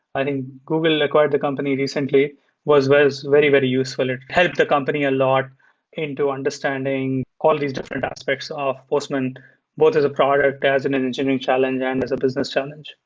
i think google acquired the company recently was was very, very useful and it helped the company a lot into understanding all these different aspects of postman both as a product, as an and engineering challenge, and as a business challenge.